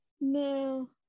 No